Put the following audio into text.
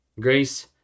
Grace